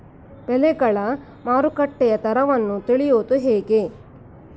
ಬೆಳೆಗಳ ಮಾರುಕಟ್ಟೆಯ ದರವನ್ನು ತಿಳಿಯುವುದು ಹೇಗೆ?